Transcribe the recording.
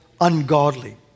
ungodly